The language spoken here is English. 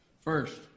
first